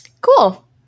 Cool